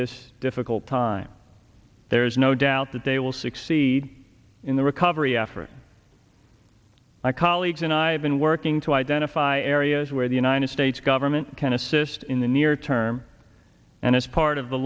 this difficult time there is no doubt that they will succeed in the recovery effort my colleagues and i have been working to identify areas where the united states government can assist in the near term and as part of the